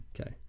Okay